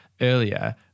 earlier